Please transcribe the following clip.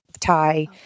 tie